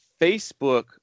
Facebook